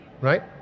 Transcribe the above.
right